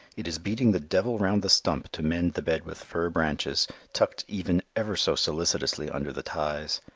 it is beating the devil round the stump to mend the bed with fir branches tucked even ever so solicitously under the ties.